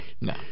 No